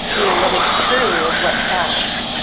you know, what is true is what sells.